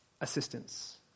assistance